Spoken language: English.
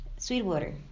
Sweetwater